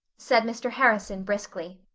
said mr. harrison briskly,